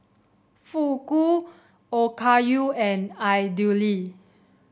Fugu Okayu and Idili